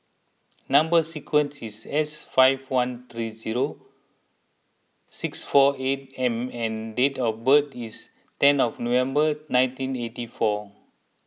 Number Sequence is S five one three zero six four eight M and date of birth is ten of November nineteen eighty four